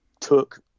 took